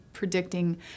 predicting